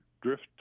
drift